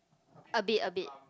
a bit a bit